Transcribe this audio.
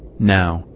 now,